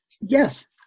Yes